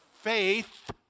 faith